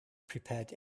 prepared